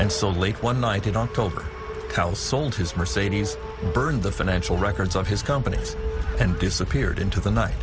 and so late one night in october karl sold his mercedes burned the financial records of his companies and disappeared into the night